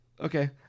Okay